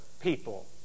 people